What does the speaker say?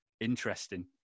interesting